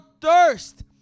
thirst